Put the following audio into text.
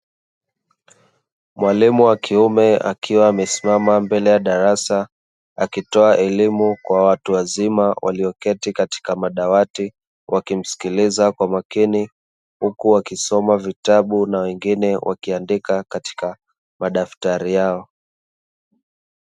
Mwalimu wa kiume akiwa amesimama mbele ya darasa akitoa elimu kwa watu wazima walioketi katika madawati wakimsikiliza kwa makini, huku wakisoma vitabu na wengine wakiandika katika madaftari yao.